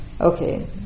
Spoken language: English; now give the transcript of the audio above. Okay